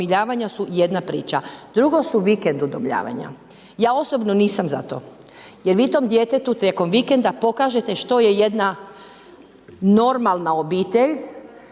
udomljavanja su jedna priča. Drugo su vikend udomljavanja. Ja osobno nisam za to jer vi tom djetetu tijekom vikenda pokažete što je jedna normalna obitelj,